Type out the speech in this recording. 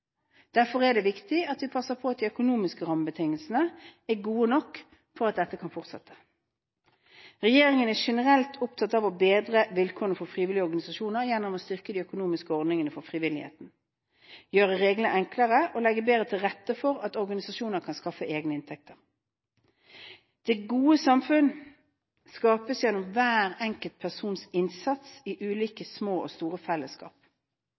Derfor er det viktig at vi passer på at de økonomiske rammebetingelsene er gode nok for at dette kan fortsette. Regjeringen er generelt opptatt av å bedre vilkårene for frivillige organisasjoner gjennom å styrke de økonomiske ordningene for frivilligheten, gjøre reglene enklere og legge bedre til rette for at organisasjoner kan skaffe egne inntekter. Det gode samfunn skapes gjennom hver enkelt persons innsats i ulike små og store fellesskap.